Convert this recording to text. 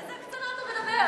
על איזה הקצנה אתה מדבר?